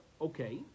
okay